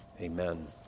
Amen